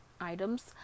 items